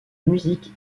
musique